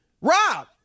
Rob